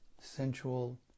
sensual